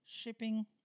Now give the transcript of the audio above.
shipping